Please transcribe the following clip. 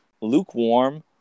lukewarm